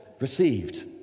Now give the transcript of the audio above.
received